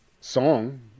song